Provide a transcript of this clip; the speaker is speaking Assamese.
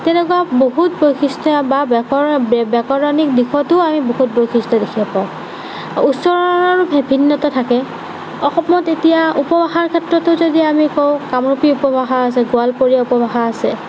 তেনেকুৱা বহুত বৈশিষ্ট্যই বা ব্যাকৰণত ব্যা ব্যাকৰণিক দিশতো আমি বহুত বৈশিষ্ট্য দেখিব পাওঁ উচ্চাৰণৰ বিভিন্নতা থাকে অসমত এতিয়া উপভাষাৰ ক্ষেত্ৰতো যদি কওঁ কামৰূপী উপভাষা আছে গোৱালপৰীয়া উপভাষা আছে